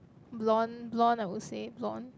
blond blond I would say blond